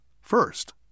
first